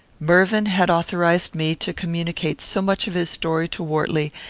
mervyn had authorized me to communicate so much of his story to wortley,